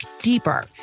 deeper